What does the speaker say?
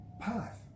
path